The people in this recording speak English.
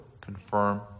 confirm